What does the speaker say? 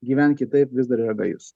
gyvent kitaip vis dar yra gajus